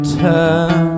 turn